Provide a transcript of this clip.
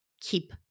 keep